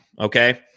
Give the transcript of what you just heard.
Okay